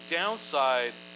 downside